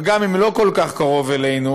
וגם אם לא כל כך קרוב אלינו,